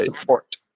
support